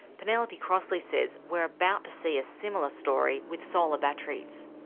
penelope crossley says we're about to see a similar story with solar batteries.